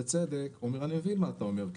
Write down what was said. בצדק: אני מבין מה אתה אומר,